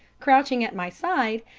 crouching at my side,